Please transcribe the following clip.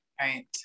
Right